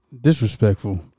Disrespectful